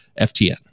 FTN